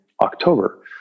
October